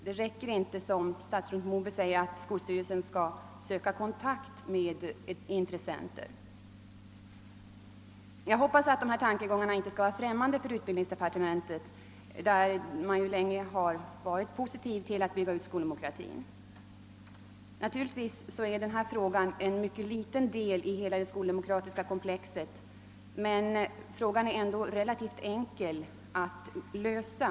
Det räcker inte att, som statsrådet Moberg säger, skolstyrelsen skall söka kontakt med intressenter i skolan. Jag hoppas att dessa tankegångar inte är främmande för utbildningsdepartementet, där man länge ställt sig positiv till tanken att bygga ut skoldemokratin. Naturligtvis är denna fråga en liten del i hela det skoldemokratiska komplexet, men den är relativt enkel att lösa.